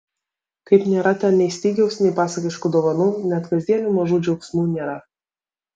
kaip nėra ten nei stygiaus nei pasakiškų dovanų net kasdienių mažų džiaugsmų nėra